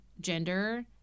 gender